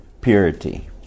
purity